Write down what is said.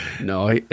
No